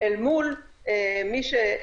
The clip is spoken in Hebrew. עמית אומרת לנו שהנתונים במשטרה,